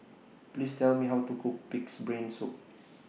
Please Tell Me How to Cook Pig'S Brain Soup